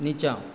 नीचाँ